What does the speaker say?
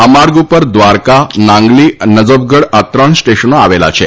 આ માર્ગ ઉપર દ્વારકા નાંગલી નજફગઢ આ ત્રણસ્ટેશનો આવેલા છે